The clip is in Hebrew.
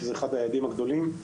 שזה אחד היעדים הגדולים.